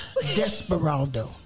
Desperado